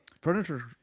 furniture